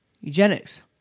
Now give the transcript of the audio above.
eugenics